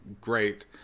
great